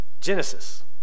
Genesis